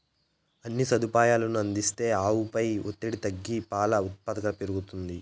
అన్ని సదుపాయాలనూ అందిస్తే ఆవుపై ఒత్తిడి తగ్గి పాల ఉత్పాదకతను పెరుగుతుంది